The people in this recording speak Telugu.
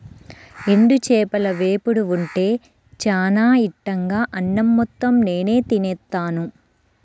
ఎండు చేపల వేపుడు ఉంటే చానా ఇట్టంగా అన్నం మొత్తం నేనే తినేత్తాను